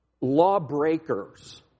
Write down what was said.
lawbreakers